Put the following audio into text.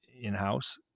in-house